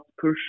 push